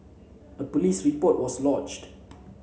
a police report was lodged